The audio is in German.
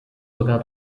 sogar